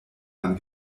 man